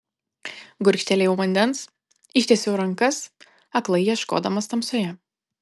gurkštelėjau vandens ištiesiau rankas aklai ieškodamas tamsoje